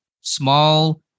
Small